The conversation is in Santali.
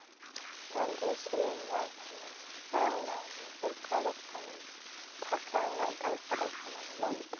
ᱚᱱᱟᱜᱮ ᱥᱤᱞᱤᱱᱰᱟᱨ ᱯᱷᱟᱠᱟ ᱚᱲᱟᱜ ᱨᱮ ᱫᱚᱨᱠᱟᱨᱚᱜ ᱠᱟᱱᱟ ᱯᱷᱟᱠᱟ ᱚᱲᱟᱜ ᱫᱚᱨᱠᱟᱨᱚᱜ ᱠᱟᱱᱟ ᱡᱮᱢᱚᱱ